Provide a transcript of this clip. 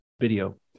video